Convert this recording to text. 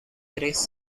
tres